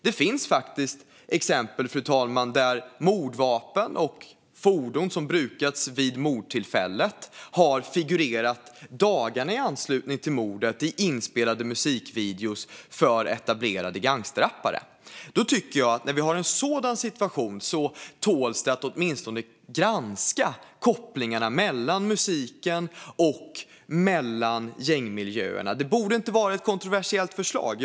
Det finns faktiskt exempel, fru talman, där mordvapen och fordon som brukats vid mordtillfället har figurerat dagarna i anslutning till mordet i inspelade musikvideor för etablerade gangsterrappare. När vi har en sådan situation tycker jag att man åtminstone skulle kunna granska kopplingarna mellan musiken och gängmiljöerna. Det borde inte vara ett kontroversiellt förslag.